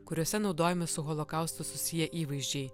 kuriuose naudojami su holokaustu susiję įvaizdžiai